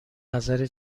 نظرت